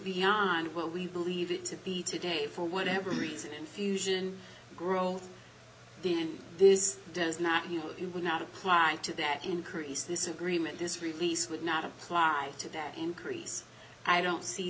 beyond what we believe it to be today for whatever reason infusion growth and this does not yield you would not apply to that increase this agreement this release would not apply to that increase i don't see